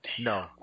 No